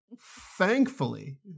Thankfully